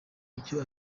icyo